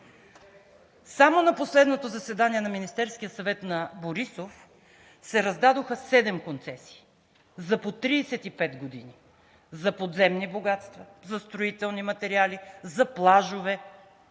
Само на последното заседание на Министерския съвет на Борисов се раздадоха седем концесии за по 35 години: за подземни богатства, за строителни материали, за плажове.